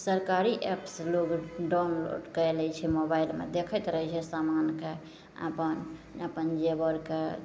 सरकारी एप्स लोक डाउनलोड कै लै छिए मोबाइलमे देखैत रहै छै समानके अपन अपन जेवरके